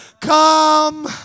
Come